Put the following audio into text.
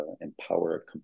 empower